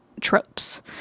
tropes